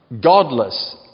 godless